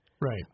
Right